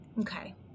Okay